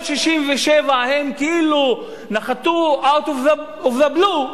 67' הם כאילו נחתוout of the blue ,